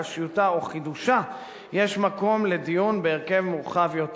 קשיותה או חידושה יש מקום לדיון בהרכב מורחב יותר.